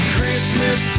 Christmas